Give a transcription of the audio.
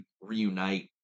reunite